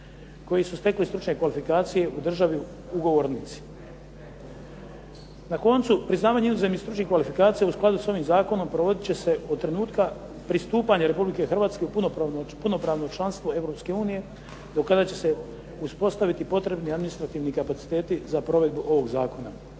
koji su stekli stručne kvalifikacije u državi ugovornici. Na koncu, priznavanje inozemnih stručnih kvalifikacija u skladu sa ovim zakonom provodit će se od trenutka pristupanja Republike Hrvatske u punopravno članstvo Europske unije do kada će se uspostaviti potrebno administrativni kapaciteti za provedbu ovog zakona.